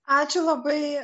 ačiū labai